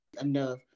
enough